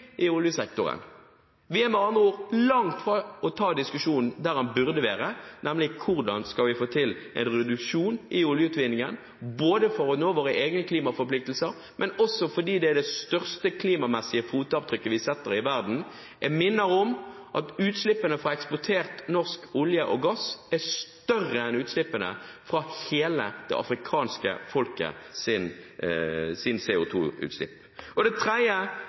i oljesektoren. Vi er med andre ord langt fra å ta diskusjonen vi burde tatt, nemlig: Hvordan skal vi få til en reduksjon i oljeutvinningen? Dette for å nå våre egne klimaforpliktelser, men også fordi det er det største klimamessige fotavtrykket vi setter i verden. Jeg minner om at utslippene fra eksportert norsk olje og gass er større enn utslippene fra hele det afrikanske